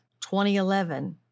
2011